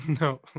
No